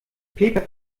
paper